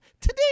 Today